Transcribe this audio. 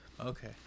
Okay